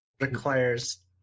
requires